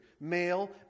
male